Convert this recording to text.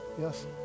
yes